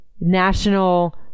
national